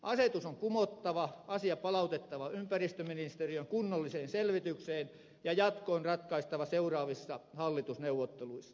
asetus on kumottava asia palautettava ympäristöministeriöön kunnolliseen selvitykseen ja jatko on ratkaistava seuraavissa hallitusneuvotteluissa